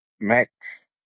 max